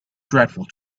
dreadful